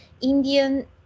indian